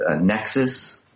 Nexus